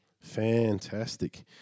Fantastic